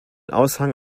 aushang